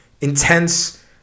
intense